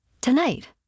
Tonight